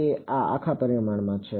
તેથી આ એક પરિમાણમાં છે